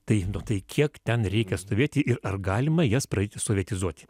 tai tai kiek ten reikia stovėti ir ar galima jas pradėti sovietizuoti